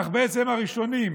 אך בעצם הראשונים,